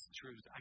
truth